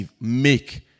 make